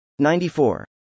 94